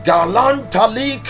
Galantali